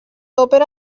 òpera